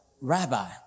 rabbi